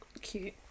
Cute